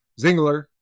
Zingler